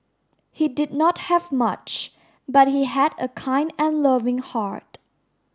he did not have much but he had a kind and loving hard